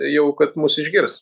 jau kad mus išgirs